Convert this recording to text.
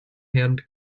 hand